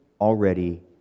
already